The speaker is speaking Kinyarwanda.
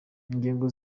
ingingo